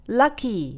lucky